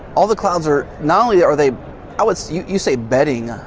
all the clouds are not only are they i would say, you you say betting,